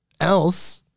else